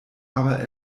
aber